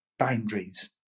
boundaries